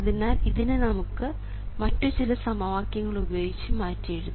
അതിനാൽ ഇതിനെ നമ്മൾ മറ്റുചില സമവാക്യങ്ങൾ ഉപയോഗിച്ച് മാറ്റിയെഴുതി